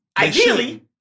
Ideally